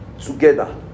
together